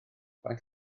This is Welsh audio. faint